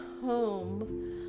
home